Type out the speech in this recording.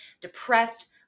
depressed